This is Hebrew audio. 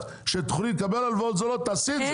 שתוכלי לקבל הלוואות זולות תעשי את זה.